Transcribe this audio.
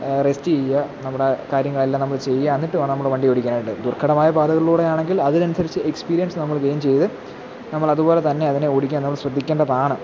റസ്റ്റെയ്യുക നമ്മുടെ കാര്യങ്ങളെല്ലാം നമ്മള് ചെയ്യുക എന്നിട്ട് വേണം നമ്മള് വണ്ടി ഓടിക്കാനായിട്ട് ദുർഘടമായ പാതകളിലൂടെയാണെങ്കിൽ അതിനനുസരിച്ച് എക്സ്പീരിയൻസ് നമ്മള് ഗെയിൻ ചെയ്ത് നമ്മളതുപോലെ തന്നെ അതിനെ ഓടിക്കാൻ നമ്മള് ശ്രദ്ധിക്കേണ്ടതാണ്